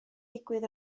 digwydd